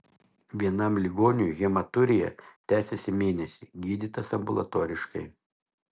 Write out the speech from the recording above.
vienam ligoniui hematurija tęsėsi mėnesį gydytas ambulatoriškai